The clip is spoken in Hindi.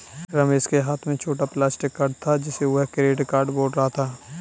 रमेश के हाथ में छोटा प्लास्टिक कार्ड था जिसे वह क्रेडिट कार्ड बोल रहा था